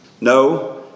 no